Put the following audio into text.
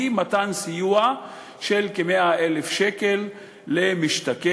והיא מתן סיוע של כ-100,000 שקל למשתכן,